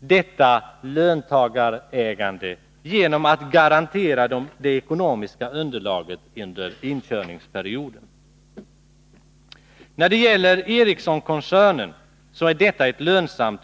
detta löntagarägande genom att garantera det ekonomiska underlaget under inkörningsperioden. Ericssonkoncernen är lönsam.